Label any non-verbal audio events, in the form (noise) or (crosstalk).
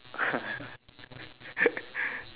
(laughs)